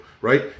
right